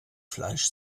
fleisch